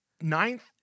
Ninth